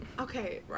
Okay